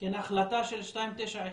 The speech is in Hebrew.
אני חושב.